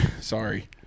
sorry